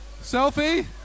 Selfie